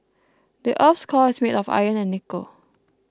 the earth's core is made of iron and nickel